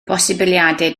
posibiliadau